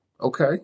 Okay